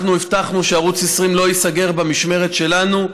אנחנו הבטחנו שערוץ 20 לא ייסגר במשמרת שלנו,